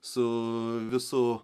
su visu